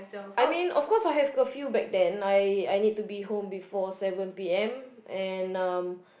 I mean of course I have curfew back then I I need to be home before seven p_m and um